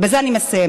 ובזה אני מסיימת,